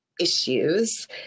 issues